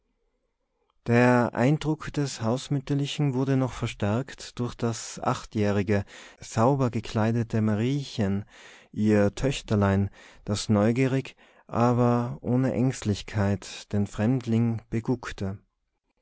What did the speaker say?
der eindruck des hausmütterlichen wurde noch verstärkt durch das achtjährige sauber gekleidete mariechen ihr töchterlein das neugierig aber ohne ängstlichkeit den fremdling beguckte